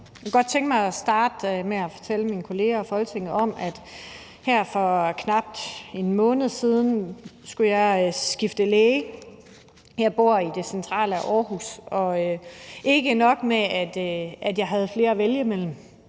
Jeg kunne godt tænke mig at starte med at fortælle mine kolleger og Folketinget om, da jeg her for knap en måned siden skulle skifte læge. Jeg bor i det centrale Aarhus. Og ikke nok med, at jeg havde flere at vælge imellem,